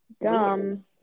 Dumb